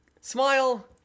Smile